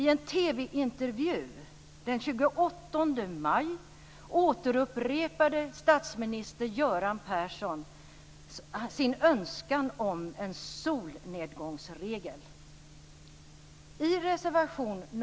I en TV-intervju den 28 maj återupprepade statsminister Göran Persson sin önskan om en solnedgångsregel.